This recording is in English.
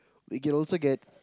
we can also get